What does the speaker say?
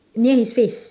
near his face